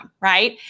right